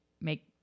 make